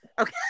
okay